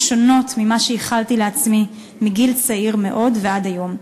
שונות ממה שייחלתי לעצמי מגיל צעיר מאוד ועד היום.